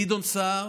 גדעון סער